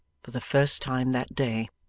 for the first time that day.